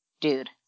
dude